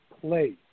place